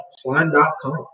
slime.com